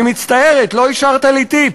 אדון, אני מצטערת, לא השארת לי טיפ.